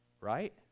Right